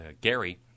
Gary